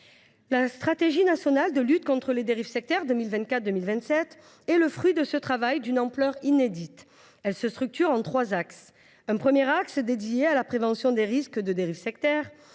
La stratégie nationale de lutte contre les dérives sectaires pour la période 2024 2027 est le fruit de ce travail d’une ampleur inédite. Cette stratégie se structure en trois axes : le premier a trait à la prévention des risques de dérives sectaires